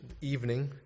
evening